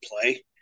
play